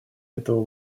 этого